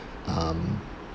um